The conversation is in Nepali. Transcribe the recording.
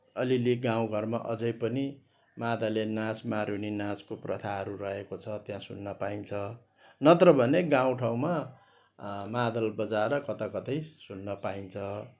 अलिअलि गाउँ घरमा अझै पनि मादले नाँच मारूनी नाँचको प्रथाहरू रहेको छ त्यहाँ सुन्न पाइन्छ नत्र भने गाउँ ठाउँमा मादल बजाएर कताकतै सुन्न पाइन्छ